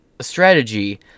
strategy